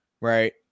Right